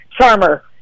charmer